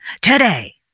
today